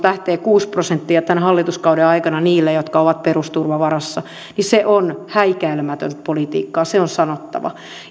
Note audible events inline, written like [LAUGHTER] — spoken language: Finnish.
[UNINTELLIGIBLE] lähtee kuusi prosenttia tämän hallituskauden aikana heiltä jotka ovat perusturvan varassa on häikäilemätöntä politiikkaa se on sanottava